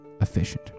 efficient